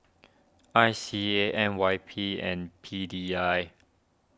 I C A N Y P and P D I